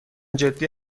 جدی